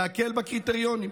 להקל בקריטריונים.